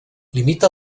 limita